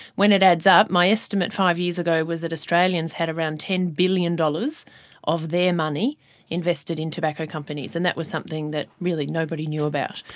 when it adds up, my estimate five years ago was that australians had around ten billion dollars of their money invested in tobacco companies, and that was something that really nobody knew about.